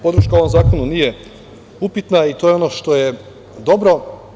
Podrška ovom zakonu nije upitna i to je ono što je dobro.